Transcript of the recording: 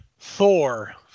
Thor